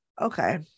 okay